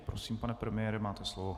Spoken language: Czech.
Prosím, pane premiére, máte slovo.